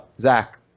Zach